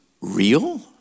real